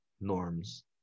norms